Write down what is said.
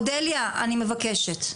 אני מבקשת.